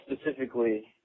specifically –